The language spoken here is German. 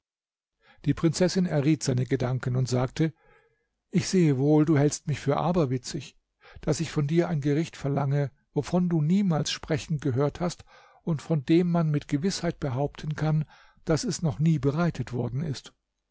die prinzessin erriet seine gedanken und sagte ich sehe wohl du hältst mich für aberwitzig daß ich von dir ein gericht verlange wovon du niemals sprechen gehört hast und von dem man mit gewißheit behaupten kann daß es noch nie bereitet worden ist